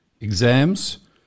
exams